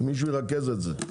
שמישהו ירכז את זה.